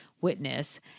witness